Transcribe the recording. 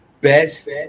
best